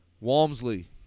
Walmsley